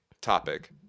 Topic